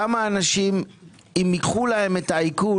לכמה אנשים ייסגר העסק אם ייקחו להם את העיקול.